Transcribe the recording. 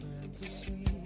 fantasy